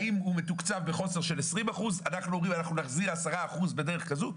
האם הוא מתוקצב בחוסר של 20% ואנחנו אומרים שאנחנו נחזור 10% בדרך כזו,